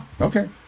Okay